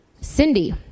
Cindy